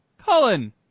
Cullen